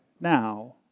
now